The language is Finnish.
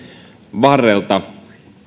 varrelta